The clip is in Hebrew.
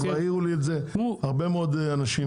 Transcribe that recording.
כבר העירו לי על זה הרבה מאוד אנשים.